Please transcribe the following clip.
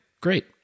Great